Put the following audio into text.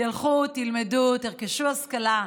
תלכו, תלמדו, תרכשו השכלה.